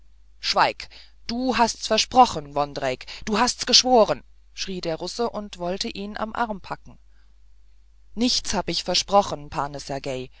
schweig du hat's versprochen vondrejc du hast geschworen schrie der russe und wollte ihn am arm packen nichts hab ich versprochen pane sergej